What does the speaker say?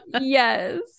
Yes